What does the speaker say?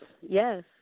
yes